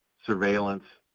surveillance,